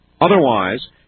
Otherwise